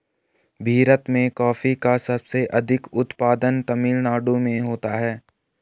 भीरत में कॉफी का सबसे अधिक उत्पादन तमिल नाडु में होता है